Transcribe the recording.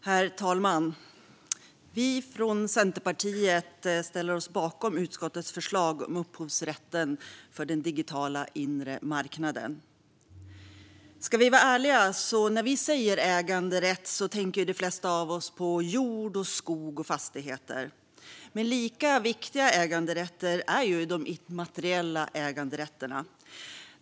Herr talman! Centerpartiet ställer sig bakom utskottets förslag om upphovsrätten på den digitala inre marknaden. När vi säger äganderätt tänker nog de flesta av oss på jord, skog och fastigheter. Men lika viktiga är de immateriella äganderätterna.